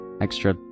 extra